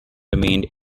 remained